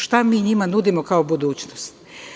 Šta mi njima nudimo kao budućnost?